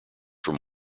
from